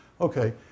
Okay